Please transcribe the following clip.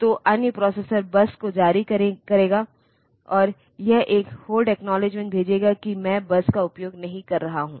तो अन्य processor bus को जारी करेगा और यह एक होल्ड अक्नोव्लेद्गेमेन्ट भेजेगा कि मैं बस का उपयोग नहीं कर रहा हूं